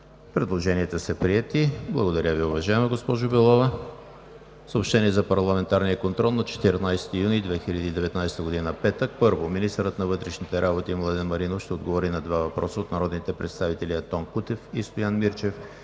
Предложенията са приети. Благодаря Ви, уважаема госпожо Белова.